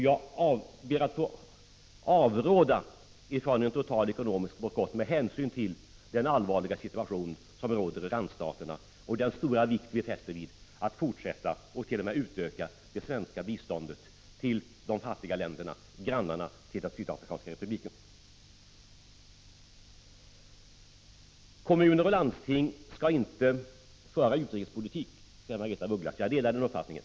Jag ber att få avråda från en total ekonomisk bojkott med hänsyn till den allvarliga situation som råder i randstaterna och den stora vikt vi fäster vid att fortsätta och t.o.m. utöka det svenska biståndet till de fattiga länder som är grannar till den sydafrikanska republiken. Kommuner och landsting skall inte föra utrikespolitik, säger Margaretha af Ugglas. Jag delar den uppfattningen.